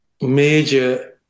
major